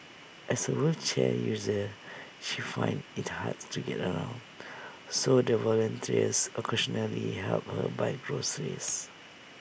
as A wheelchair user she finds IT hard to get around so the volunteers occasionally help her buy groceries